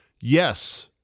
yes